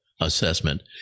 assessment